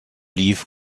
leaf